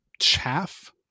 chaff